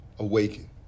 Awaken